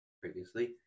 previously